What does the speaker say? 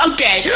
Okay